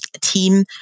team